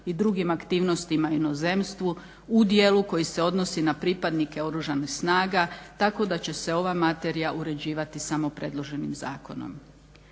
i drugim aktivnostima u inozemstvu, u dijelu koji se odnosi na pripadnike oružanih snaga tako da će se ova materija uređivati samo predloženim zakonom.